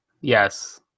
yes